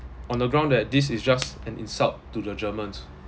on the ground that this is just an insult to the germans